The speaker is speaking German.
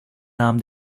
nahm